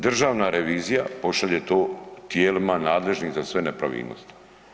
Državna revizija pošalje to tijelima nadležnim za sve nepravilnosti.